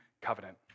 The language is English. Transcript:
covenant